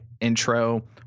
intro